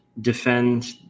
defend